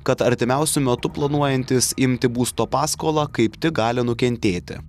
kad artimiausiu metu planuojantys imti būsto paskolą kaip tik gali nukentėti